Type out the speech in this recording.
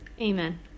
Amen